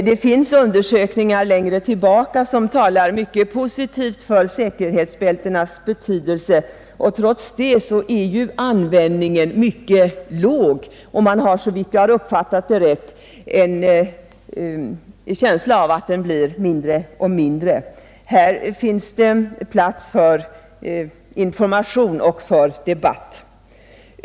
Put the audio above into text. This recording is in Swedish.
Det finns undersökningar längre tillbaka som talar mycket positivt för säkerhetsbältenas betydelse, men trots det är användningen mycket låg. Man har en känsla att de används mindre och mindre. Här finns plats för information och debatt.